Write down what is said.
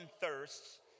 thirsts